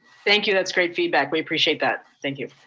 thank you. that's great feedback. we appreciate that. thank you.